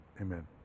amen